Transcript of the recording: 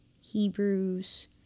Hebrews